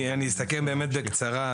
אני אסכם באמת בקצרה,